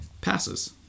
passes